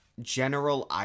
General